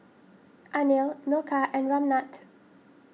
Anil Milkha and Ramnath